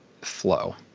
flow